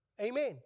Amen